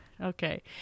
Okay